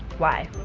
why?